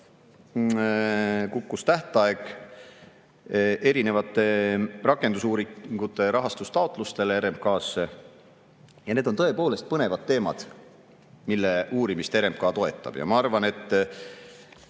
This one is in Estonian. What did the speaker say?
kukkus tähtaeg erinevate rakendusuuringute rahastamise taotlustele ja need on tõepoolest põnevad teemad, mille uurimist RMK toetab. Ma arvan, et